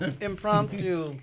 Impromptu